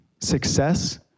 success